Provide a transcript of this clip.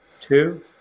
Two